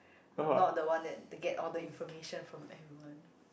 I'm not the one that get all the information from everyone